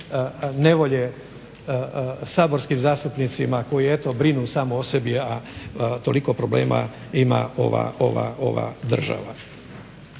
nevolje saborskim zastupnicima koji eto brinu samo o sebi, a toliko problema ima ova država.